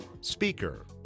speaker